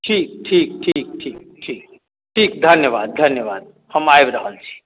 ठीक ठीक ठीक ठीक ठीक ठीक धन्यबाद धन्यबाद हम आबि रहल छी